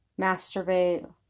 masturbate